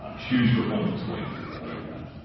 huge performance win doing that.